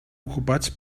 ocupats